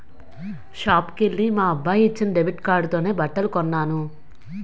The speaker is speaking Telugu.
షాపుకెల్లి మా అబ్బాయి ఇచ్చిన డెబిట్ కార్డుతోనే బట్టలు కొన్నాను